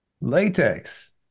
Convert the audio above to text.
Latex